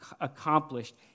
accomplished